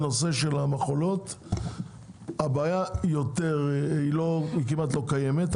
בנושא המכולות הבעיה כמעט לא קיימת.